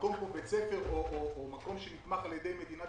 מקום כמו בית ספר או מקום שנתמך על ידי מדינת